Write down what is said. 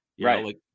Right